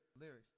Lyrics